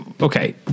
okay